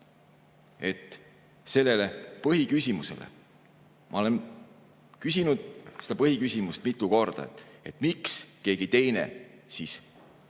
Sellele põhiküsimusele – ma olen küsinud seda põhiküsimust mitu korda –, miks keegi teine siis ei